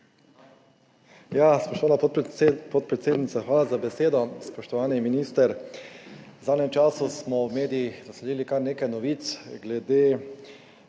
Spoštovana podpredsednica, hvala za besedo! Spoštovani minister! V zadnjem času smo v medijih zasledili kar nekaj novic glede